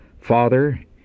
Father